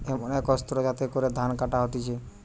এমন এক অস্ত্র যাতে করে ধান কাটা হতিছে